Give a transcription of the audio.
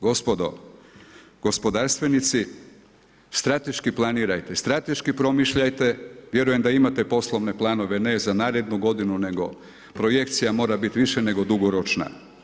Gospodo, gospodarstvenici, strateški planirajte, strateški promišljajte, vjerujem da imate poslovne planove ne za narednu godinu nego projekcija mora biti više nego dugoročna.